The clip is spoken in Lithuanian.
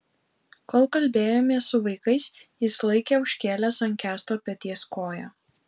kol kalbėjomės su vaikais jis laikė užkėlęs ant kęsto peties koją